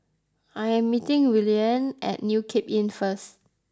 I am meeting Willene at New Cape Inn first